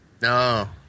No